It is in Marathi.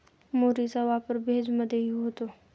मुरीचा वापर भेज मधेही होतो